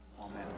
Amen